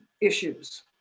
issues